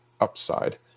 upside